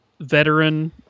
veteran